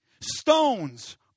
Stones